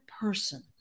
person